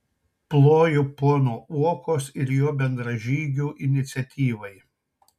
ploju pono uokos ir jo bendražygių iniciatyvai